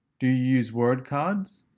do you use word cards?